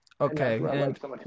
okay